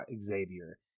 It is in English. Xavier